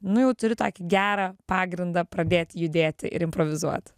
nu jau turi tokį gerą pagrindą pradėt judėt ir improvizuot